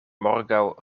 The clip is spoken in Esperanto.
morgaŭ